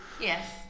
Yes